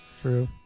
True